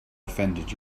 offended